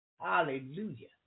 Hallelujah